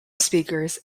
speakers